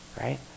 right